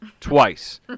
twice